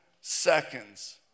seconds